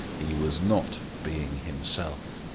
he was not being himself.